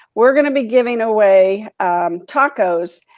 we're gonna be giving away tacos,